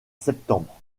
septembre